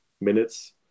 minutes